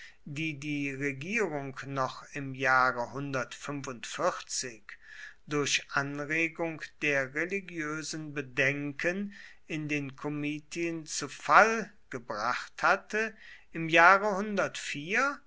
die die regierung noch im jahre durch anregung der religiösen bedenken in den komitien zu fall gebracht hatte im jahre